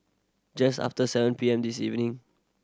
just after seven P M this evening